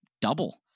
double